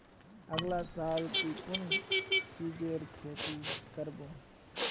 अगला साल ती कुन चीजेर खेती कर्बो